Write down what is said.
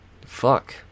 Fuck